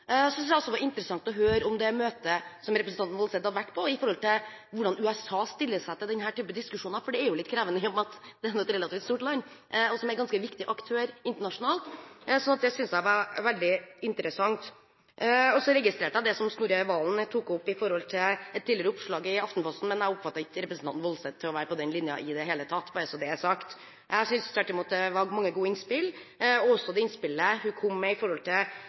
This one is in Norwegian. det gjaldt hvordan USA stiller seg til denne typen diskusjoner. Det er litt krevende i og med at det er et relativt stort land, og som er en ganske viktig aktør internasjonalt. Det syntes jeg var veldig interessant. Så registrerte jeg det representanten Snorre Serigstad Valen tok opp om et tidligere oppslag i Aftenposten. Men jeg oppfattet ikke representanten Woldseth som å være på den linjen i det hele tatt – bare så det er sagt. Jeg synes tvert imot hun hadde mange gode innspill, også det innspillet hun kom med om at bankene må få vite hvem som står bak selskapene i